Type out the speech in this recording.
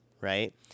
right